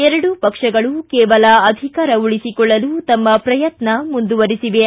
ಎರಡೂ ಪಕ್ಷಗಳು ಕೇವಲ ಅಧಿಕಾರ ಉಳಿಸಿಕೊಳ್ಳಲು ತಮ್ಮ ಪ್ರಯತ್ನ ಮುಂದುವರಿಸಿವೆ